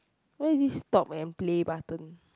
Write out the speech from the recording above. what is this stop and play button